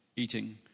Eating